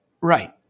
Right